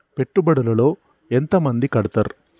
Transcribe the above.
పెట్టుబడుల లో ఎంత మంది కడుతరు?